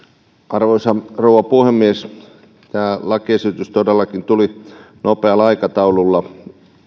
arvoisa rouva puhemies tämä lakiesitys todellakin tuli nopealla aikataululla